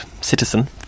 citizen